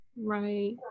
right